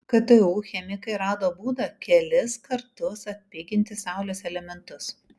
ktu chemikai rado būdą kelis kartus atpiginti saulės elementus